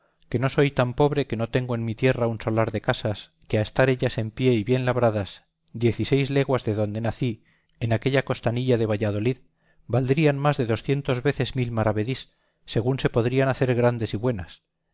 que no soy tan pobre que no tengo en mi tierra un solar de casas que a estar ellas en pie y bien labradas diez y seis leguas de donde nací en aquella costanilla de valladolid valdrían más de doscientas veces mil maravedís según se podrían hacer grandes y buenas